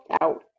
out